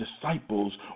disciples